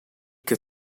che